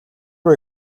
руу